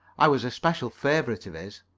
i was a special favourite of his.